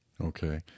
Okay